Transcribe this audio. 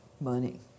money